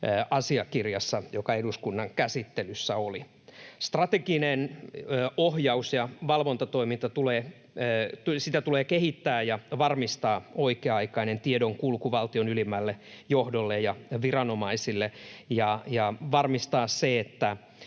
asiakirjassa, joka eduskunnan käsittelyssä oli. Strategista ohjaus- ja valvontatoimintaa tulee kehittää ja varmistaa oikea-aikainen tiedonkulku valtion ylimmälle johdolle ja viranomaisille ja varmistaa se, että